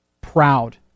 proud